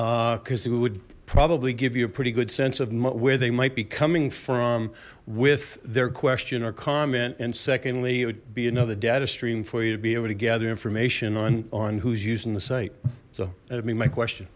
because we would probably give you a pretty good sense of where they might be coming from with their question or comment and secondly it would be another data stream for you to be able to gather information on on who's using the site so that'll be my question